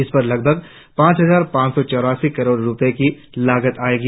इस पर लगभग पांच हजार पांच सौ चौरासी करोड़ रुपये की लागत आयेगी